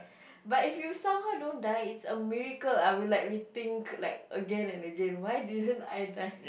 but if you somehow don't die it's a miracle I will like rethink like again and again why didn't I die